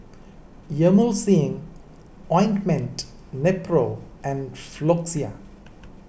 Emulsying Ointment Nepro and Floxia